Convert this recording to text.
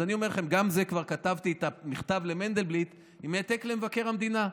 אז אני אומר לכם שכבר כתבתי את המכתב למנדלבליט עם העתק למבקר המדינה,